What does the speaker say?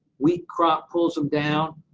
weak crop pulls them down.